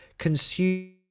consume